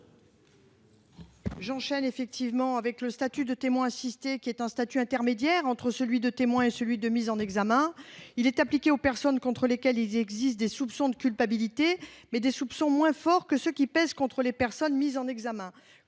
est à Mme Brigitte Devésa. Le statut de témoin assisté est un statut intermédiaire entre celui de témoin et celui de mis en examen. Il est appliqué aux personnes contre lesquelles il existe des soupçons de culpabilité, mais des soupçons moins forts que ceux qui pèsent contre les personnes mises en examen.